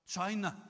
China